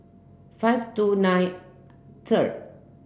five two nine third